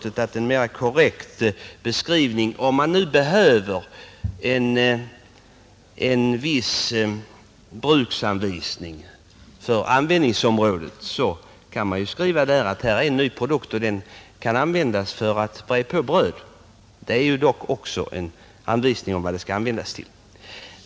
En mera korrekt beskrivning — om man nu behöver en bruksanvisning för användningsområdet — skulle vara: Här är en ny produkt, som kan användas för att breda på bröd. Det är ju också en anvisning om vad produkten kan användas till.